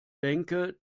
denke